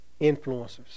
Influencers